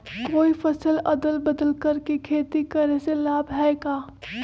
कोई फसल अदल बदल कर के खेती करे से लाभ है का?